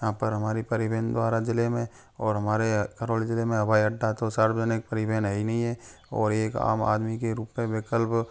यहाँ पर हमारी परिवहन द्वारा ज़िले में और हमारे करौली ज़िले में हवाई अड्डा तो सार्वजनिक परिवहन है ही नहीं है और एक आम आदमी के रूप में विकल्प